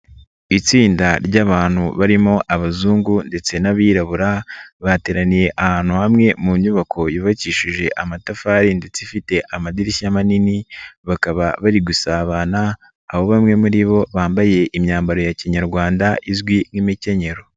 Itsinda ry'abantu barimo abazungu ndetse n'abirabura, bateraniye ahantu hamwe mu nyubako yubakishije amatafari ndetse ifite amadirishya manini, bakaba bari gusabana, aho bamwe muri bo bambaye imyambaro ya Kinyarwanda izwi nk'imikenyero.